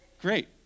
great